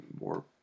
more